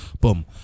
boom